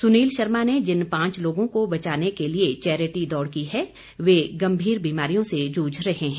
सुनील शर्मा ने जिन पांच लोगों को बचाने के लिए चैरिटी दौड़ की है वे गंभीर बीमारियों से जूझ रहे हैं